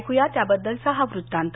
ऐकू या त्याबद्दलचा हा वृत्तांत